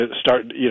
start